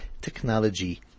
technology